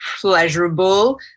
pleasurable